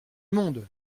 monde